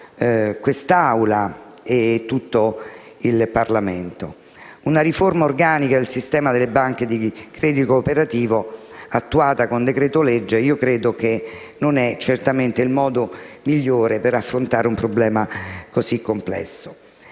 quest'Assemblea e tutto il Parlamento. Credo che una riforma organica del sistema delle banche di credito cooperativo attuata con decreto-legge non sia certamente il modo migliore per affrontare un problema così complesso.